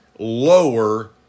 lower